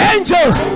Angels